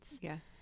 Yes